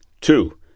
Two